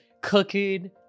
cooking